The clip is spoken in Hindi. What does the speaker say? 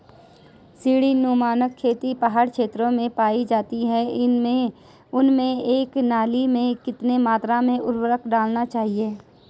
सीड़ी नुमा खेत पहाड़ी क्षेत्रों में पाए जाते हैं उनमें एक नाली में कितनी मात्रा में उर्वरक डालना चाहिए?